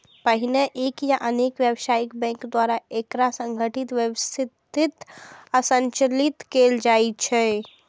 पहिने एक या अनेक व्यावसायिक बैंक द्वारा एकरा संगठित, व्यवस्थित आ संचालित कैल जाइ छै